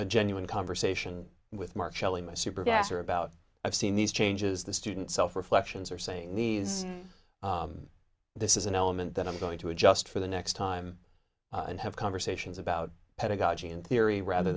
a genuine conversation with mark kelly my super bass or about i've seen these changes the students reflections are saying these this is an element that i'm going to adjust for the next time and have conversations about pedagogy in theory rather